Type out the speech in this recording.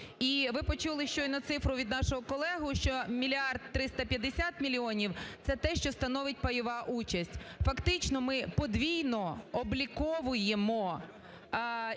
І ви почули щойно цифру від нашого колеги, що мільярд 350 мільйонів. Це те, що становить пайова участь. Фактично ми подвійно обліковуємо